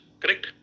correct